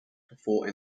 before